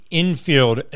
infield